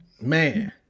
man